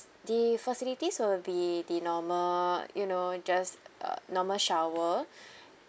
the facilities will be the normal you know just a normal shower